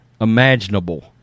imaginable